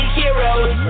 heroes